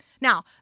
Now